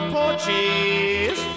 porches